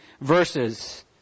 verses